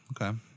okay